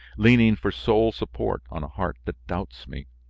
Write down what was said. leaning for sole support on a heart that doubts me.